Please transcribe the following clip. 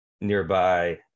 nearby